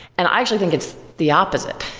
and i actually think it's the opposite.